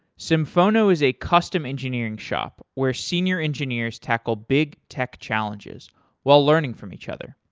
symphono is a custom engineering shop where senior engineers tackle big tech challenges while learning from each other.